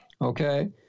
Okay